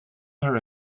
her